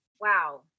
Wow